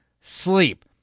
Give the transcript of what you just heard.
sleep